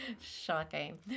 Shocking